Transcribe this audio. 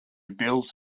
bills